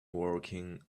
working